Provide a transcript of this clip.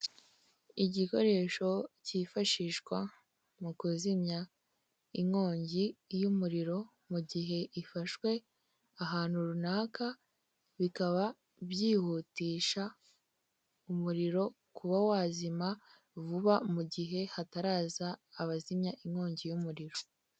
Igikoresho kifashishwa mu kuzimya inkongi y'umuriro mu gihe ifashwe ahantu runaka, bikaba byihutisha umuriro kuba wazima vuba mu gihe hataraza abazimya inkongi y'umuriro.